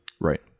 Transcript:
Right